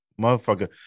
motherfucker